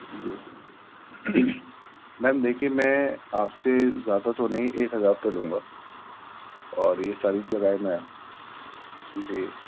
جی ma'am دیکھیے میں آپ سے زیادہ تو نہیں ایک ہزار تو لوں گا اور یہ ساری جگہیں میں جی